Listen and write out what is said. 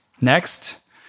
Next